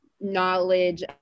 knowledge